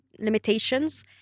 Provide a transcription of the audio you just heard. limitations